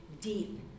deep